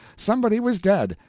somebody was dead.